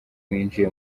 winjiye